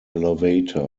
elevator